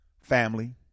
Family